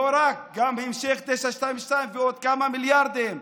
לא רק, בהמשך גם 922 ועוד כמה מיליארדים.